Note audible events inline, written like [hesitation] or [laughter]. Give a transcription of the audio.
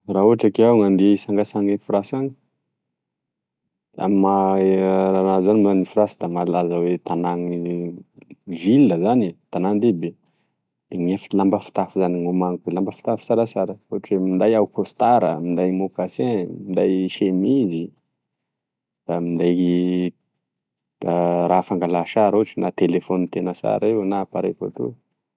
Raha ohatry ke iaho gn'andeha isangasanga any Fransa any amy maha [hesitation] zany lony da Fransy sy da malaza hoe tagnany ville zany e tanan-dehibe gn'efike lamba fitafy zany gn'homaniko lamba fitafy sarasara ohatry oe minday aho kostara, minday mokase, minday semizy, da minday raha fangala sary ohatry na telefony tena sara io na appareil photo.